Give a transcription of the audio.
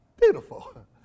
beautiful